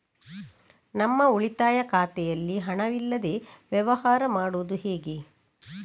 ನಮ್ಮ ಉಳಿತಾಯ ಖಾತೆಯಲ್ಲಿ ಹಣವಿಲ್ಲದೇ ವ್ಯವಹಾರ ಮಾಡುವುದು ಹೇಗೆ?